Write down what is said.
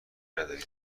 نداریم